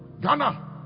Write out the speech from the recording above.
Ghana